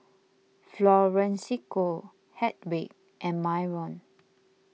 Florencio Hedwig and Myron